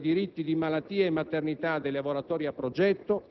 a partire dagli interventi per dare copertura ai diritti di malattia e maternità dei lavoratori a progetto,